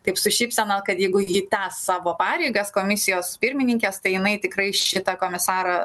taip su šypsena kad jeigu ji tęs savo pareigas komisijos pirmininkės tai jinai tikrai šitą komisarą